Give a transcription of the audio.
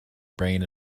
brain